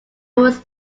was